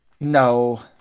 No